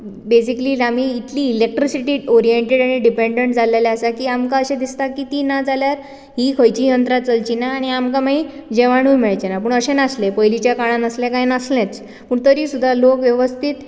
basically आमी इतली electricity oriented आनी डिपेऩ्डंट जालेले आसात की आमकां अशें दिसता की ती ना जाल्यार हीं खंयचींय यत्रां चलची नात आनी जेवणूय मेळचें ना पूण अशें नासलें पयलींच्या काळांत असलें कांय नासलेंच पूण तरी सुद्दा लोक वेवस्थीत